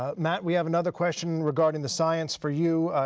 ah matt, we have another question regarding the science for you.